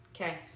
okay